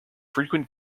frequent